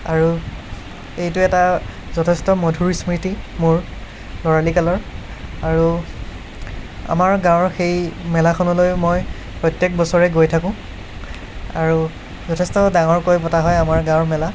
আৰু এইটো এটা যথেষ্ট মধুৰ স্মৃতি মোৰ ল'ৰালিকালৰ আৰু আমাৰ গাঁৱৰ সেই মেলাখনলৈ মই প্ৰত্য়েক বছৰে গৈ থাকোঁ আৰু যথেষ্ট ডাঙৰকৈ পতা হয় আমাৰ গাঁৱৰ মেলা